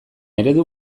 eredu